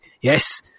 yes